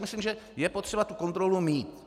Myslím si, že je potřeba tu kontrolu mít.